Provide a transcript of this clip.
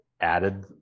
added